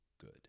good